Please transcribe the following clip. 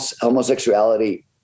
homosexuality